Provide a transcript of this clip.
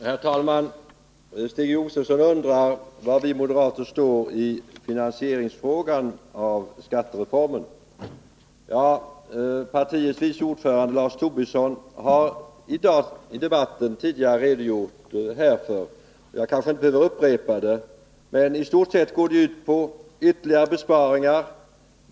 Herr talman! Stig Josefson undrar var vi moderater står i frågan om finansieringen av skattereformen. Partiets vice ordförande Lars Tobisson har i debatten tidigare i dag redogjort härför. Jag behöver kanske inte upprepa vad han sade, men i stort sett går det ut på ytterligare besparingar.